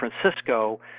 Francisco